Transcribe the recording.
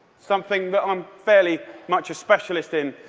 something that i'm fairly much a specialist in.